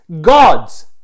God's